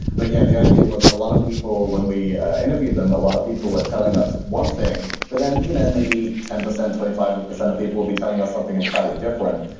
but yeah, the idea was a lot of people when we interviewed them, a lot of people were telling us one thing, but then, you know maybe ten percent, twenty five percent of people will be telling us something entirely different.